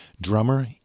Drummer